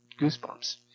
goosebumps